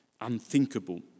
unthinkable